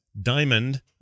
Diamond